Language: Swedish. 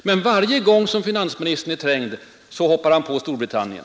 Men varje gång som finansministern är trängd ”hoppar han på” Storbritannien.